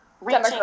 reaching